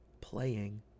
playing